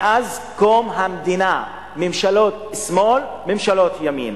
מאז קום המדינה, ממשלות שמאל, ממשלות ימין.